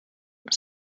had